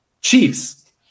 Chiefs